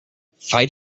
fight